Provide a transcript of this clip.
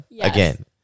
again